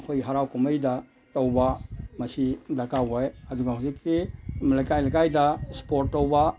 ꯑꯩꯈꯣꯏ ꯍꯔꯥꯎ ꯀꯨꯝꯍꯩꯗ ꯇꯧꯕ ꯃꯁꯤ ꯗꯔꯀꯥꯔ ꯑꯣꯏ ꯑꯗꯨꯒ ꯍꯧꯖꯤꯛꯀꯤ ꯂꯩꯀꯥꯏ ꯂꯩꯀꯥꯏꯗ ꯁ꯭ꯄꯣꯔꯠ ꯇꯧꯕ